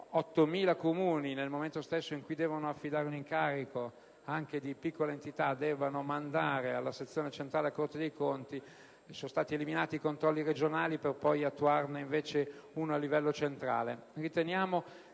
8.000 Comuni, nel momento stesso in cui devono affidare un incarico anche di piccola entità, debbono mandare gli atti alla sezione centrale della Corte dei conti: sono stati eliminati i controlli regionali per poi attuarne uno a livello centrale.